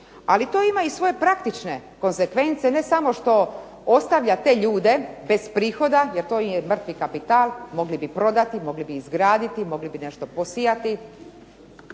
Ali to ima i svoje praktične konzekvence, ne samo što ostavlja te ljude bez prihoda jer to im je mrtvi kapital, mogli bi prodati, mogli bi izgraditi, mogli bi nešto posijati.